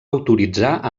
autoritzar